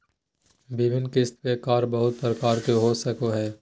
विभिन्न किस्त में कर बहुत प्रकार के हो सको हइ